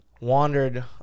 Wandered